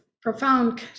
profound